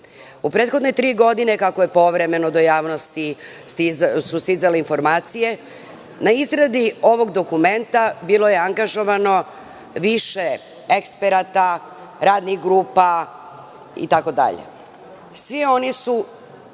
U prethodne tri godine kako su povremeno do javnosti stizale informacije na izradi ovog dokumenta, bilo je angažovano više eksperata, radnih grupa itd. Svi oni su